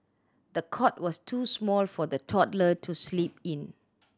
the cot was too small for the toddler to sleep in